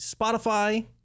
Spotify